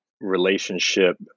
relationship